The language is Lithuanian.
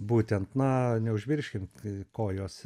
būtent na neužmirškim kai kojos